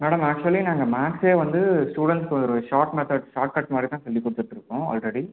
madam actually நாங்கள் மேக்ஸே வந்து ஸ்டூடண்ட்ஸுக்கு ஒரு ஷாட் மெத்தேர்ட் ஷார்ட்கட் மாதிரி தான் சொல்லிக்கொடுத்துட்ருக்கோம் ஆல்ரெடி